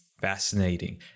fascinating